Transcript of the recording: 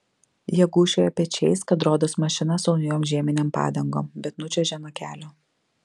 jie gūžčioja pečiais kad rodos mašina su naujom žieminėm padangom bet nučiuožė nuo kelio